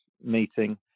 meeting